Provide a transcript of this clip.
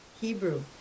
Hebrew